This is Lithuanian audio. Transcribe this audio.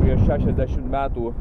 prieš šešiasdešimt metų